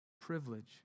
Privilege